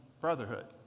brotherhood